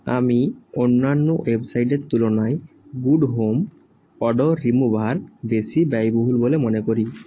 আমি অন্যান্য ওয়েবসাইটের তুলনায় গুড হোম ওডোর রিমুভার বেশি ব্যয়বহুল বলে মনে করি